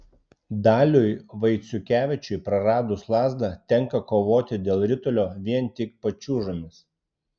daliui vaiciukevičiui praradus lazdą tenka kovoti dėl ritulio vien tik pačiūžomis